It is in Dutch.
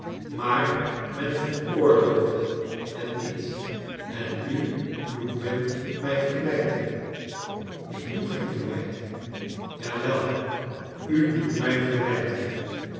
maar men veroorloofde het niet en nu doet men mij verwijten ik doe geen verwijten ja wel u doet mij verwijten